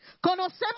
conocemos